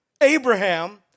Abraham